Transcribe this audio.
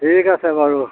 ঠিক আছে বাৰু